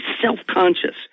self-conscious